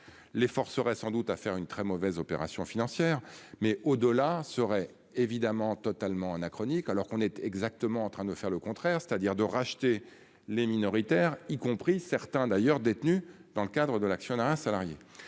les forces sans doute à faire une très mauvaise opération financière mais au dollar serait évidemment totalement anachronique alors qu'on était exactement en train de faire le contraire, c'est-à-dire de racheter les minoritaires, y compris certains d'ailleurs détenus dans le cadre de l'actionnariat salarié,